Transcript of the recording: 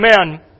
Amen